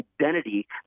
identity